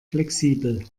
flexibel